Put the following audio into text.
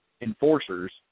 enforcers